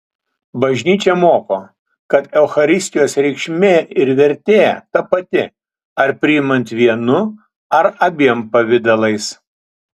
bažnyčia moko kad eucharistijos reikšmė ir vertė ta pati ar priimant vienu ar abiem pavidalais